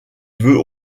vœux